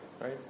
Right